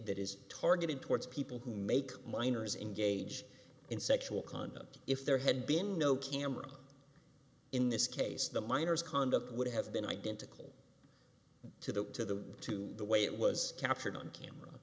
it is targeted towards people who make minors in gage in sexual conduct if there had been no camera in this case the minors conduct would have been identical to the to the way it was captured on camera